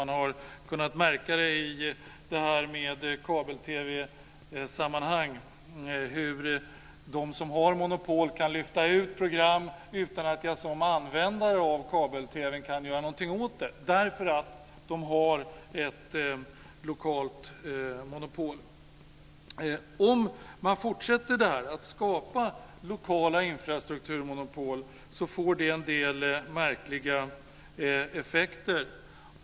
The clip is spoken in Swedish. Man har i kabel-TV-sammanhang kunnat märka hur de som har monopol kan lyfta ut program utan att jag som användare av kabel-TV:n kan göra någonting åt det, därför att de har ett lokalt monopol. Om man fortsätter att skapa lokala infrastrukturmonopol får det en del märkliga effekter.